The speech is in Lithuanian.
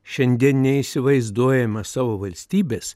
šiandien neįsivaizduojama savo valstybės